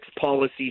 policy